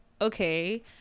okay